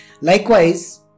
Likewise